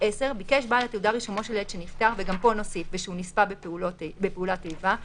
(10) ביקש בעל התעודה רישומו של ילד שנפטר ושהוא נספה בפעולת איבה,